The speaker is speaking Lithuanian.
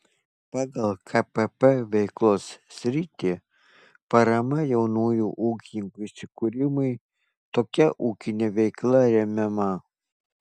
pagal kpp veiklos sritį parama jaunųjų ūkininkų įsikūrimui tokia ūkinė veikla remiama